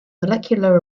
molecular